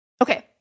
Okay